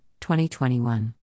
2021